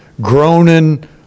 groaning